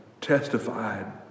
testified